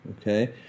Okay